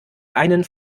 einen